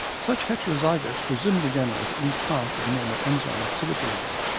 such heterozygotes presumably generate at least half of the normal enzyme activity level,